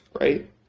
right